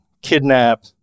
kidnap